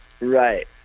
right